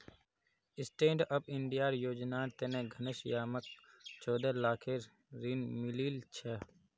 stand up India योजनार तने घनश्यामक चौदह लाखेर ऋण मिलील छ